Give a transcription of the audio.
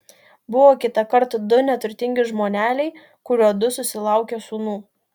buvo kitąkart du neturtingi žmoneliai kuriuodu susilaukė sūnų